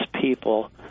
people